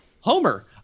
Homer